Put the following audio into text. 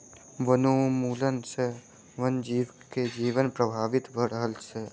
वनोन्मूलन सॅ वन जीव के जीवन प्रभावित भ रहल अछि